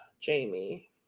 jamie